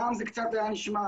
פעם זה קצת היה נשמע,